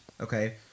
okay